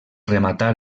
rematar